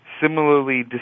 similarly